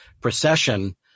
procession